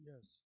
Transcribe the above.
Yes